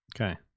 Okay